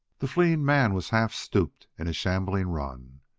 the fleeing man was half-stooped in a shambling run.